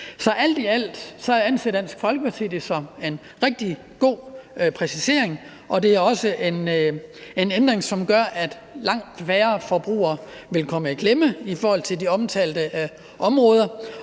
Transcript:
alt i alt anser Dansk Folkeparti det som en rigtig god præcisering. Det er en ændring, som gør, at langt færre forbrugere vil komme i klemme på de omtalte områder.